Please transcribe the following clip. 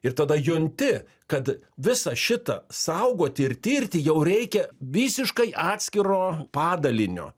ir tada junti kad visą šitą saugoti ir tirti jau reikia visiškai atskiro padalinio